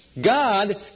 God